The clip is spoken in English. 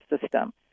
system